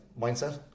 mindset